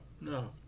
no